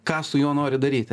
ką su juo nori daryti